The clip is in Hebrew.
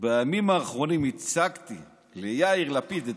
"בימים האחרונים הצגתי ליאיר לפיד את